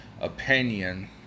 opinion